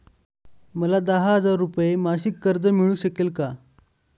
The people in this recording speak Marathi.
मला दहा हजार रुपये मासिक कर्ज मिळू शकेल का?